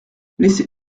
laissez